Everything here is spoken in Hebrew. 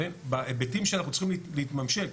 בהיבטים שאנחנו צריכים להתממשק,